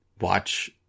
watch